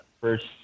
first